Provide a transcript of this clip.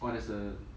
oh there's a